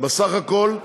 בסך הכול,